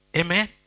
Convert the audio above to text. Amen